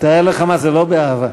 אי-אמון בממשלה לא נתקבלה.